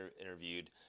interviewed